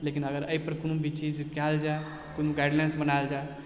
लेकिन अइपर कोनो भी चीज कयल जाय कोनो गाइड लाइन बनायल जाय